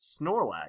Snorlax